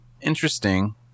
interesting